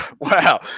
wow